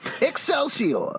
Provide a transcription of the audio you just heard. Excelsior